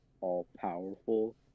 all-powerful